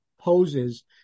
poses